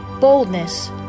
boldness